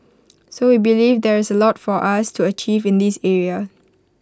so we believe there is A lot for us to achieve in this area